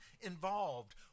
involved